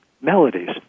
melodies